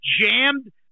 jammed